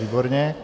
Výborně.